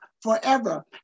forever